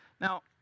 Now